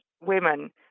women